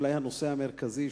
אולי הנושא המרכזי,